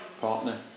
partner